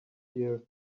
year